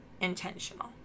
intentional